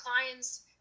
clients